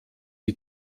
die